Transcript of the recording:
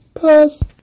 pause